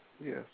Yes